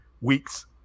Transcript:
weeks